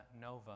Nova